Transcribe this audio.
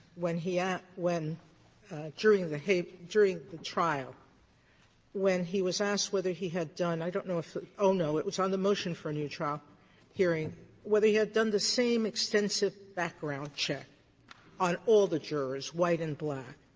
when he asked yeah when during the during the trial when he was asked whether he had done i don't know if it oh, no, it was on the motion for a new trial hearing whether he had done the same extensive background check on all the jurors, white and black.